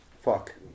Fuck